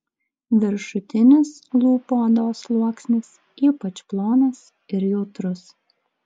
viršutinis lūpų odos sluoksnis ypač plonas ir jautrus